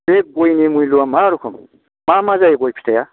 बे गयनि मुइल'आ मा रोखम मा मा जायो गय फिथाइआ